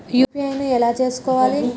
UPI ను ఎలా చేస్కోవాలి?